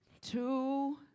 two